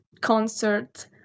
concert